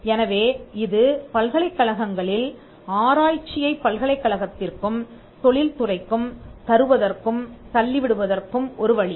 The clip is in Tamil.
எனவே இது பல்கலைக்கழகங்களில் ஆராய்ச்சியைப் பல்கலைக்கழகத்திற்கும் தொழில் துறைக்கும் தருவதற்கும் தள்ளிவிடுவதற்கும் ஒரு வழி